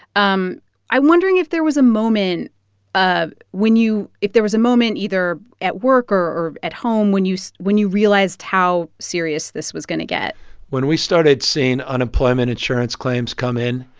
um i'm wondering if there was a moment ah when you if there was a moment, either at work or or at home when you so when you realized how serious this was going to get when we started seeing unemployment insurance claims come in,